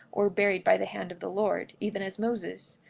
or buried by the hand of the lord, even as moses.